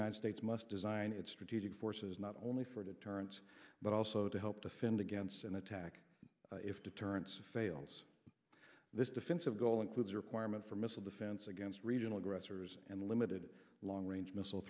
united states must design its strategic forces not only for deterrence but also to help defend against an attack if deterrence fails this defensive goal includes a requirement for missile defense against regional aggressors and limited long range missile